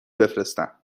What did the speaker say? بفرستم